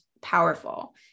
powerful